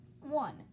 one